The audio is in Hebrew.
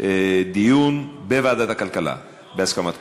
דיון בוועדת הכלכלה בהסכמת כולם.